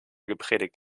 gepredigt